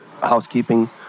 housekeeping